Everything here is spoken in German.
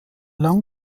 lang